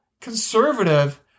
conservative